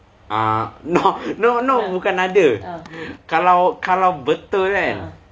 ah no no bukan ada kalau kalau betul kan